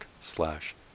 slash